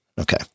Okay